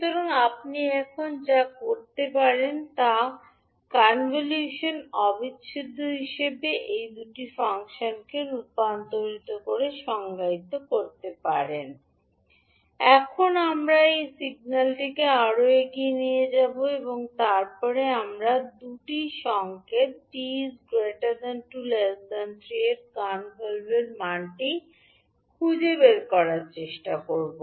সুতরাং আপনি এখন যা করতে পারেন হিসাবে কনভলিউশন অবিচ্ছেদ্য হিসাবে এই দুটি ফাংশনটির রূপান্তরকে সংজ্ঞায়িত করতে পারেন এখন আমরা এই সিগন্যালটিকে আরও এগিয়ে নিয়ে যাব এবং এরপরে আমরা দুটি সংকেত 2 𝑡 3 এর কনভলভের মানটি খুঁজে বের করার চেষ্টা করব